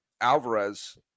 Alvarez